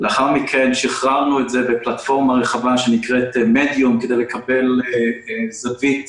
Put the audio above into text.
לאחר מכן שחררנו את זה בפלטפורמה רחבה שנקראת "מדיום" כדי לקבל פידבק